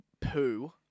poo